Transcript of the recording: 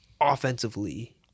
offensively